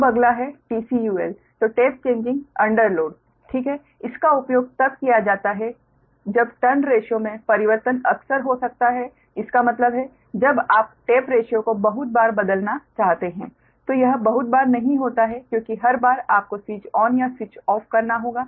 अब अगला है TCUL जो टेप चेंजिंग अंडर लोड है ठीक है इसका उपयोग तब किया जाता है जब टर्न रेशिओ में परिवर्तन अक्सर हो सकता है इसका मतलब है जब आप टेप रेशिओ को बहुत बार बदलना चाहते हैं तो यह बहुत बार नहीं होता है क्योंकि हर बार आपको स्विच ऑन या स्विच ऑफ करना होगा